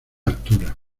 altura